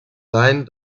sein